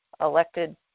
elected